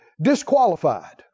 disqualified